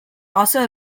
also